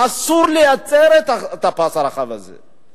אסור להצר את הפס הרחב הזה.